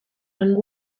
and